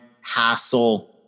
hassle